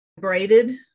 braided